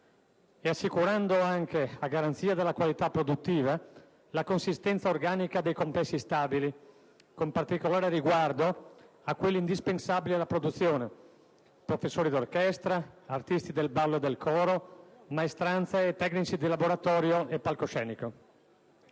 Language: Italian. assicurando anche, a garanzia della qualità produttiva, la consistenza organica dei complessi stabili, con particolare riguardo a quelli indispensabili alla produzione (professori d'orchestra, artisti del ballo e del coro, maestranze, tecnici di laboratorio e palcoscenico);